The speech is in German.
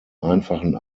einfachen